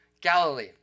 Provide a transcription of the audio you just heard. Galilee